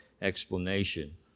explanation